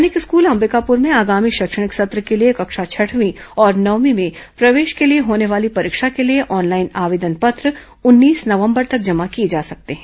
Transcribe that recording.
सैनिक स्कूल अंबिकापुर में आगामी शैक्षणिक सत्र के लिए कक्षा छठवीं और नवमीं में प्रवेश के लिए होने वाली परीक्षा के लिए ऑनलाइन आवेदन पत्र उन्नीस नवंबर तक जमा किए जा सकते हैं